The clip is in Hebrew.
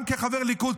גם כחבר ליכוד,